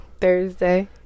Thursday